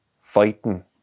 fighting